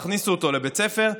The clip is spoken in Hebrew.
תכניסו אותו לבית ספר,